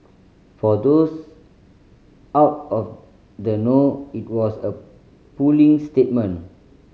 for those out of the know it was a puling statement